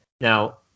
Now